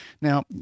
Now